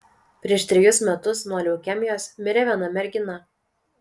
prieš trejus metus nuo leukemijos mirė viena mergina